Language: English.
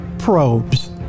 Probes